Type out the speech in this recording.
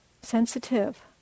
sensitive